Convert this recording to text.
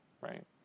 right